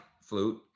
flute